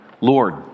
Lord